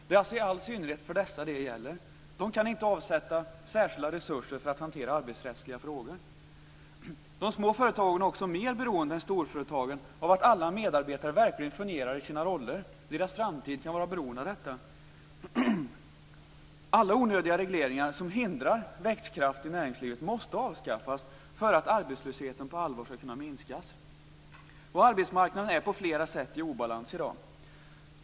Det är i all synnerhet för dessa det gäller. De kan inte avsätta särskilda resurser för att hantera arbetsrättsliga frågor. De små företagen är också mer beroende än storföretagen av att alla medarbetare verkligen fungerar i sina roller. Deras framtid kan vara beroende av detta. Alla onödiga regleringar som hindrar växtkraften i näringslivet måste avskaffas för att arbetslösheten på allvar skall kunna minskas. Arbetsmarknaden är på flera sätt i obalans i dag.